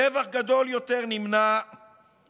טבח גדול יותר נמנע בקושי.